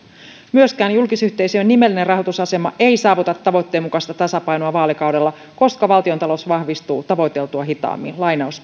myöskään julkisyhteisöjen nimellinen rahoitusasema ei saavuta tavoitteen mukaista tasapainoa vaalikaudella koska valtiontalous vahvistuu tavoiteltua hitaammin